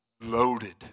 loaded